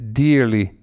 dearly